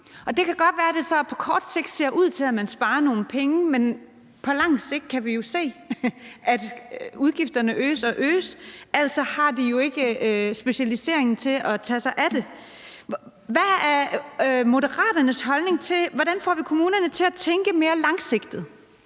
Det kan godt være, at det så på kort sigt ser ud til, at man sparer nogle penge, men på lang sigt kan vi jo se, at udgifterne øges og øges. Altså har de jo ikke specialisering til at tage sig af det. Hvad er Moderaternes holdning til det? Hvordan får vi kommunerne til at tænke mere langsigtet?